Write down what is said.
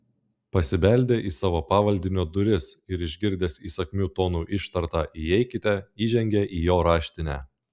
pasibeldė į savo pavaldinio duris ir išgirdęs įsakmiu tonu ištartą įeikite įžengė į jo raštinę